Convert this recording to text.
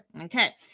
okay